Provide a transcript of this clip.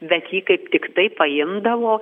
bet jį kaip tik tai paimdavo